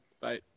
Bye